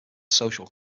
social